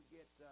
get